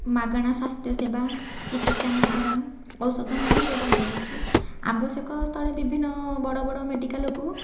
ମାଗଣା ସ୍ଵାସ୍ଥ୍ୟ ସେବା ଚିକିତ୍ସା ମାଗେଣା ଔଷଧ ମଧ୍ୟ ଯୋଗାଇ ଦିଆ ଯାଉଛି ଆବଶ୍ୟକ ସ୍ଥଳେ ବିଭିନ୍ନ ବଡ଼ ବଡ଼ ମେଡ଼ିକାଲକୁ